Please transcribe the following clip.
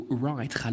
write